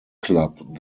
club